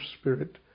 spirit